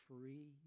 free